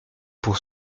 pour